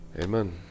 Amen